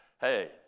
Hey